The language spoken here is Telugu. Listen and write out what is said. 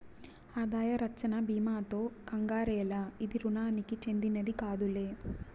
ఆదాయ రచ్చన బీమాతో కంగారేల, ఇది రుణానికి చెందినది కాదులే